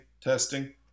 testing